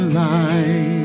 light